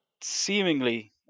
seemingly